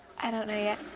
i don't know yet.